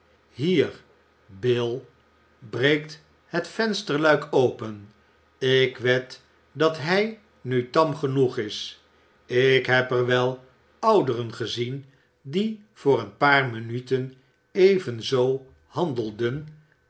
hier bille breekt het vensterluik open ik wed dat hij nu tam genoeg is ik heb er wel ouderen gezien die voor een paar minuten evenzoo handelden